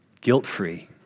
Guilt-free